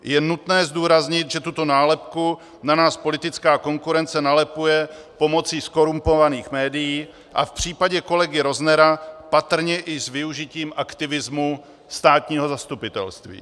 Je nutné zdůraznit, že tuto nálepku na nás politická konkurence nalepuje pomocí zkorumpovaných médií a v případě kolegy Roznera patrně i s využitím aktivismu státního zastupitelství.